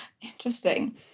Interesting